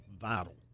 vital